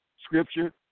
Scripture